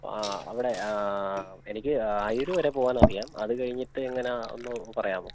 ആ അവിടെ ആ എനിക്ക് അയിര് വരെ പോകാൻ അറിയാം അത് കഴിഞ്ഞിട്ട് എങ്ങനെയാണ് ഒന്ന് പറയാമോ